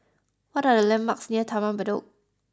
what are the landmarks near Taman Bedok